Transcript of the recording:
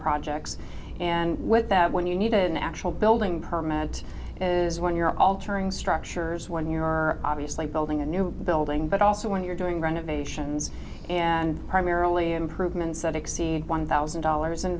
projects and with them when you need an actual building permit is when you're all turning structures when you're obviously building a new building but also when you're doing renovations and primarily improvements that exceed one thousand dollars in